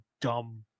dumb